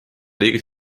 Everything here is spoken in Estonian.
riigis